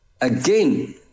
Again